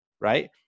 right